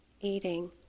eating